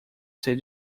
ser